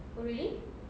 oh really